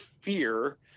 fear